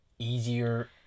easier